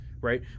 right